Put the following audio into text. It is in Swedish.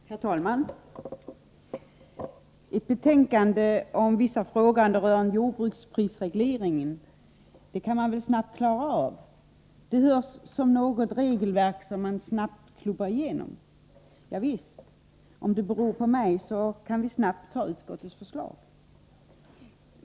Herr talman! Ett betänkande om vissa frågor rörande jordbruksprisregleringen, det kan man väl snabbt klara av — det låter som något regelverk som man snabbt klubbar igenom. Ja visst, om det beror på mig, kan vi snabbt anta utskottets förslag.